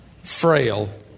frail